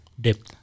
depth